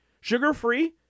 Sugar-free